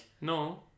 no